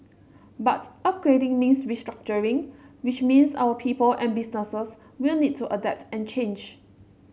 but upgrading means restructuring which means our people and businesses will need to adapt and change